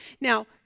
Now